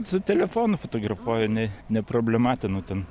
su telefonu fotografuoju ne neproblematinu ten